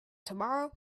tomorrow